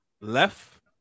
left